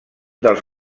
dels